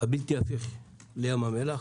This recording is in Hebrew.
הבלתי-הפיך לים המלח